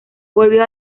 volvió